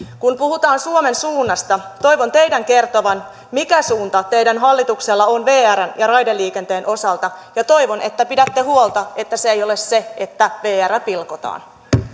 kun puhutaan suomen suunnasta toivon teidän kertovan mikä suunta teidän hallituksella on vrn ja raideliikenteen osalta ja toivon että pidätte huolta että se ei ole se että vr pilkotaan